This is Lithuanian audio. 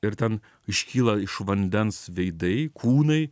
ir ten iškyla iš vandens veidai kūnai